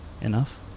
enough